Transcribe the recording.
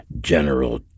General